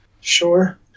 Sure